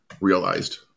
realized